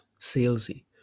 salesy